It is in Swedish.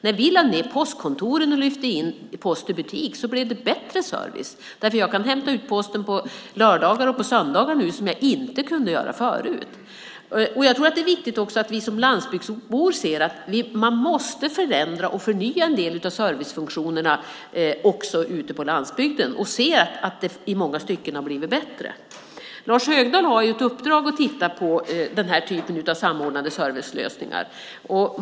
När vi lade ned postkontoren och lyfte in posten i butik blev det bättre service. Jag kan hämta ut posten på lördagar och söndagar, vilket jag inte kunde göra förut. Det är viktigt att vi som landsbygdsbor förstår att man måste förändra och förnya en del av servicefunktionerna också på landsbygden och att det i många stycken har blivit bättre. Lars Höglund har ett uppdrag att titta på den typen av samordnade servicelösningar.